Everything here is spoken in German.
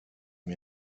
mir